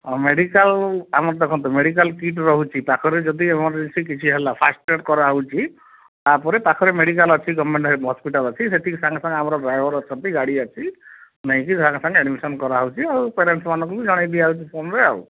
ହଁ ମେଡ଼ିକାଲ ଆମର ଦେଖନ୍ତୁ ମେଡ଼ିକାଲ କିଟ୍ ରହୁଛି ପାଖରେ ଯଦି ଏମରଜେନ୍ସି କିଛି ହେଲା ଫାଷ୍ଟ ଏଡ଼୍ କରାହେଉଛି ତା'ପରେ ପାଖରେ ମେଡ଼ିକାଲ ଅଛି ଗଭର୍ଣ୍ଣମେଣ୍ଟ ହସ୍ପିଟାଲ୍ ଅଛି ସେଠିକି ସାଙ୍ଗେ ସାଙ୍ଗେ ଆମର ଡ୍ରାଇଭର ଅଛନ୍ତି ଗାଡ଼ି ଅଛି ନେଇକି ସାଙ୍ଗେ ସାଙ୍ଗେ ଆଡ଼୍ମିଶନ କରାହେଉଛି ଆଉ ପ୍ୟାରେଣ୍ଟସ୍ମାନଙ୍କୁ ବି ଜଣାଇ ଦିଆହେଉଛି ଫୋନ୍ରେ ଆଉ